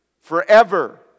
forever